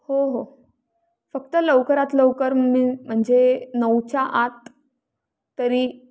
हो हो फक्त लवकरात लवकर मी म्हणजे नऊच्या आत तरी